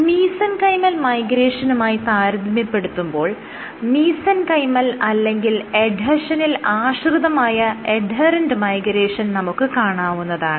mesenchymal മൈഗ്രേഷനുമായി താരതമ്യപ്പെടുത്തുമ്പോൾ mesenchymal അല്ലെങ്കിൽ എഡ്ഹെഷനിൽ ആശ്രിതമായ എഡ്ഹെറെന്റ് മൈഗ്രേഷൻ നമുക്ക് കാണാവുന്നതാണ്